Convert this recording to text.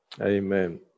Amen